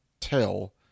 tell